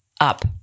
up